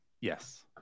Yes